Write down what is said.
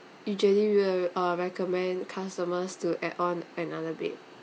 usually we'll uh recommend customers to add on another bed